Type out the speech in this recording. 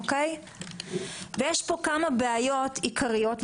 יש פה כמה בעיות עיקריות,